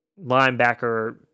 linebacker